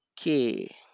okay